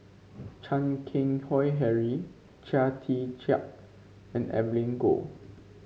Chan Keng Howe Harry Chia Tee Chiak and Evelyn Goh